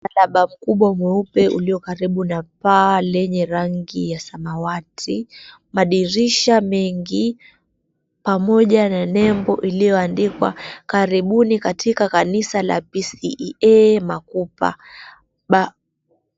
Msalaba mkubwa mweupe ulio karibu na paa lenye rangi ya samawati. Madirisha mengi, pamoja na nembo iliyoandikwa karibuni katika Kanisa la P.C.E.A. Makupa.